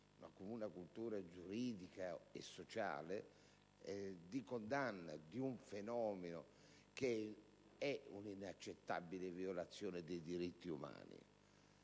una comune cultura giuridica e sociale di condanna di un fenomeno che rappresenta un'inaccettabile violazione dei diritti umani.